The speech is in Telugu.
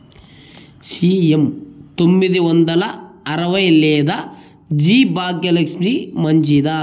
సి.ఎం తొమ్మిది వందల అరవై లేదా జి భాగ్యలక్ష్మి మంచిదా?